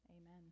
amen